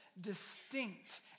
distinct